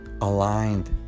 aligned